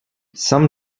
some